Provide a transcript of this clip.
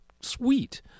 sweet